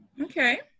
Okay